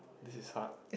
this is hard